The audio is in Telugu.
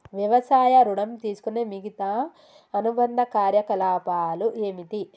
వ్యవసాయ ఋణం తీసుకునే మిగితా అనుబంధ కార్యకలాపాలు ఏమిటి?